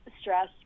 stress